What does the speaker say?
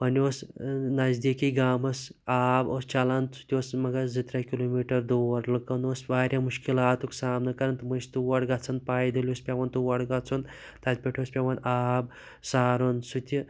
وۄنۍ اوس نَزدیکی گامَس آب اوس چَلان سُہ تہِ اوس مَگَر زٕ ترٛےٚ کِلو میٹَر دور لُکَن اوس وارِیاہ مُشکِلاتُک سامنہٕ کَرُن تِم أسۍ تور گَژھان پَیدٔلۍ اوس پیٚوان تور گَژھُن تَتہِ پٮ۪ٹھ اوس پیٚوان آب سارُن سُہ تہِ